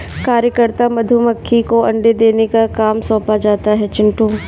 कार्यकर्ता मधुमक्खी को अंडे देने का काम सौंपा जाता है चिंटू